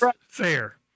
fair